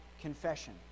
confession